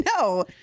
no